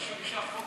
את יכולה להעביר